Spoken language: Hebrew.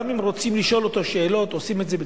גם אם רוצים לשאול אותו שאלות,